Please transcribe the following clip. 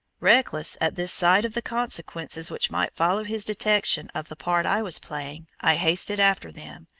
reckless at this sight of the consequences which might follow his detection of the part i was playing, i hasted after them,